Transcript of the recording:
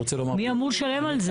מי אמור לשלם על זה?